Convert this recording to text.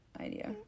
idea